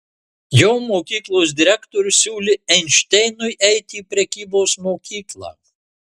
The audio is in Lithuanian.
jo mokyklos direktorius siūlė einšteinui eiti į prekybos mokyklą